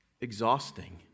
exhausting